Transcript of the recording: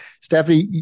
Stephanie